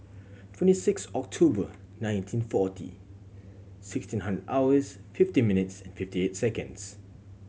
twenty six October nineteen forty sixteen hours fifty minutes and fifty eight seconds